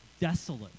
desolate